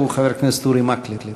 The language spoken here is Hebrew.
הוא חבר הכנסת אורי מקלב.